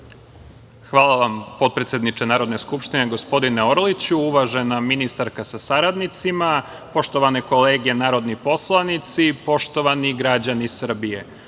Hvala vam, potpredsedniče Narodne skupštine, gospodine Orliću. Uvažena ministarka sa saradnicima, poštovane kolege narodni poslanici, poštovani građani Srbije,